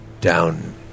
down